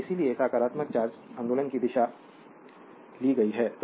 तो इसीलिए सकारात्मक चार्ज आंदोलन की दिशा ली गई है